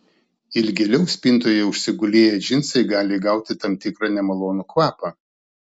ilgėliau spintoje užsigulėję džinsai gali įgauti tam tikrą nemalonų kvapą